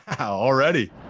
Already